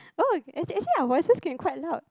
oh actually actually our voices can quite loud